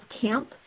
Camp